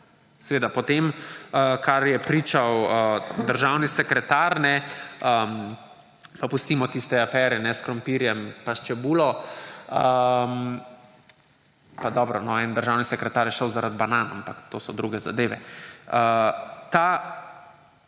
Seveda po tem, kar je pričal državni sekretar, pa pustimo tiste afere s krompirjem pa s čebulo – pa dobro, en državni sekretar je šel zaradi banan, ampak to so druge zadeve –,